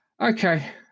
Okay